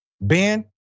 Ben